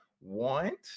want